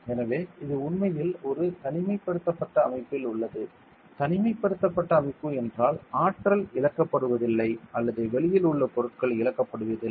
எனவே இது உண்மையில் ஒரு தனிமைப்படுத்தப்பட்ட அமைப்பில் உள்ளது தனிமைப்படுத்தப்பட்ட அமைப்பு என்றால் ஆற்றல் இழக்கப்படுவதில்லை அல்லது வெளியில் உள்ள பொருள் இழக்கப்படுவதில்லை